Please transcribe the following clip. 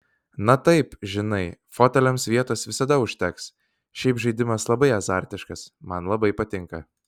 na taip žinai foteliams vietos visada užteks šiaip žaidimas labai azartiškas man labai patinka